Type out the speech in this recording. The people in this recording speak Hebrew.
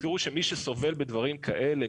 תזכרו שמי שסובל בדברים כאלה,